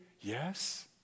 yes